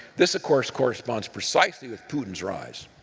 this of course, corresponds precisely with putin's rise.